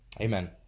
Amen